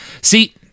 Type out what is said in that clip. See